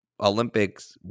Olympics